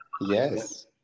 Yes